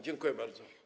Dziękuję bardzo.